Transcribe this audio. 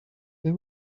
they